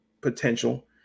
potential